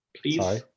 please